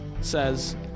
says